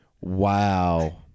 Wow